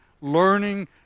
learning